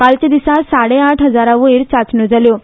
कालच्या दिसा साडेआठ हजारांवयर चाचण्यो जाल्यो